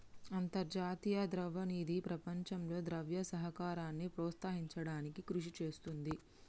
అంతర్జాతీయ ద్రవ్య నిధి ప్రపంచంలో ద్రవ్య సహకారాన్ని ప్రోత్సహించడానికి కృషి చేస్తుంది